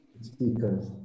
speakers